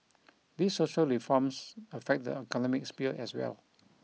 these social reforms affect the economic sphere as well